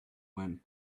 went